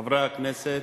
חברי הכנסת,